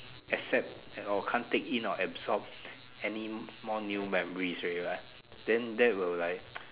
accept at all can't take in or absorb any more new memories already what then that will like